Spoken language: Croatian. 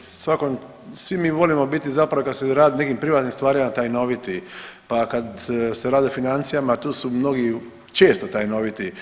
svakom, svi mi volimo biti zapravo kad se radi o nekim privatnim stvarima tajnoviti pa kad se radi o financijama tu su mnogi često tajnoviti.